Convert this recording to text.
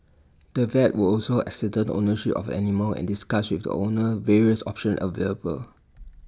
the vet would also ascertain ownership of animal and discuss with the owner various options available